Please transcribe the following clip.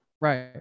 Right